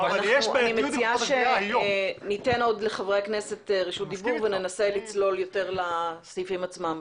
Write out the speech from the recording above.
אבל יש --- ניתן רשות דיבור לחברי הכנסת וננסה לצלול לסעיפים עצמם.